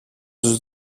τους